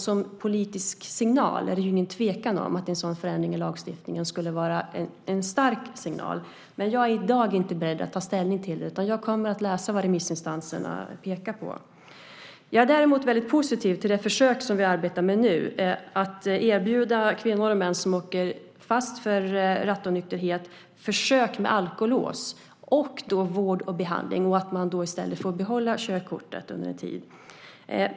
Som politisk signal är det ingen tvekan om att en sådan förändring i lagstiftningen skulle vara en stark signal. Jag är i dag inte beredd att ta ställning till det. Jag kommer att läsa vad remissinstanserna pekar på. Jag är däremot väldigt positiv till det försök vi arbetar med nu att erbjuda kvinnor och män som åker fast för rattonykterhet försök med alkolås och vård och behandling. Man får i stället behålla körkortet under en tid.